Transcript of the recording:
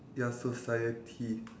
ya society